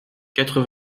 quatre